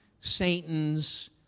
Satan's